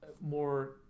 More